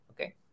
Okay